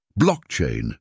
Blockchain